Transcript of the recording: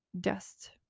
dust